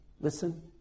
listen